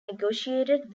negotiated